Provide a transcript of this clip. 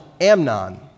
Amnon